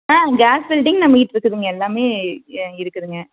ஆ gas welding நம்ம கிட்டிருக்குதுங்க எல்லாமே இருக்குதுங்க